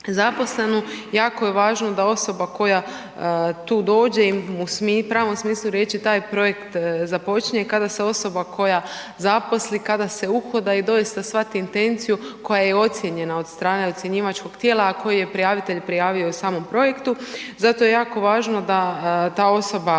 Jako je važno da osoba koja tu dođe u pravom smislu riječi taj projekt započinje, kada se osoba koja se zaposli kada se uhoda i doista shvati intenciju koja je ocijenjena od strane ocjenjivačkog tijela, a koji je prijavitelj prijavio u samom projektu. Zato je jako važno da ta osoba